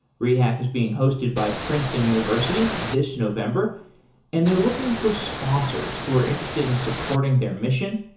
rehack is being hosted by princeton university this november and they're looking for sponsors who are interested in supporting their mission.